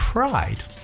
Pride